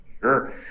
Sure